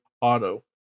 Auto